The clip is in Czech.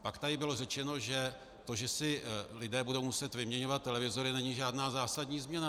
Pak tady bylo řečeno, že to, že si lidé budou muset vyměňovat televizory, není žádná zásadní změna.